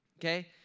Okay